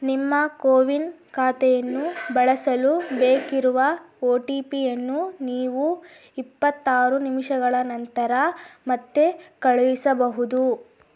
ನಿಮ್ಮ ಕೋವಿನ್ ಖಾತೆಯನ್ನು ಬಳಸಲು ಬೇಕಿರುವ ಒ ಟಿ ಪಿಯನ್ನು ನೀವು ಇಪ್ಪತ್ತಾರು ನಿಮಿಷಗಳ ನಂತರ ಮತ್ತೆ ಕಳುಹಿಸಬಹುದು